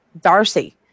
Darcy